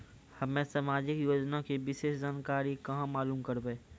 हम्मे समाजिक योजना के विशेष जानकारी कहाँ मालूम करबै?